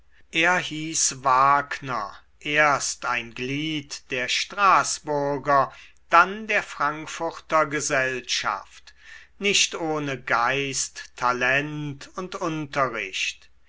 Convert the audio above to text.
er hieß wagner erst ein glied der straßburger dann der frankfurter gesellschaft nicht ohne geist talent und unterricht